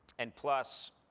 and plus,